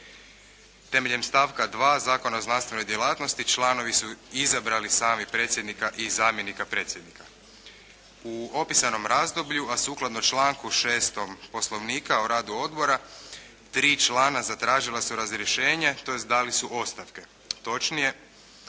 Temeljem stavka 2. Zakona o znanstvenoj djelatnosti članovi su izabrali sami predsjednika i zamjenika predsjednika. U opisanom razdoblju, a sukladno članku 6. Poslovnika o radu odbora, tri člana zatražila su razrješenje tj. dali su ostavke.